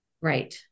Right